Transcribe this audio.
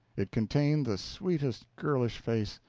it contained the sweetest girlish face,